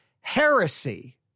Heresy